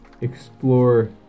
Explore